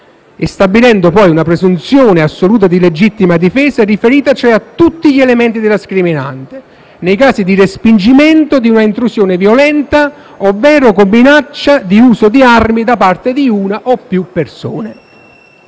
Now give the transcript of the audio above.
e stabilendo poi una presunzione assoluta di legittima difesa, riferita cioè a tutti gli elementi della scriminante, nei casi di respingimento di una intrusione violenta ovvero con minacce di uso di armi da parte di una o più persone.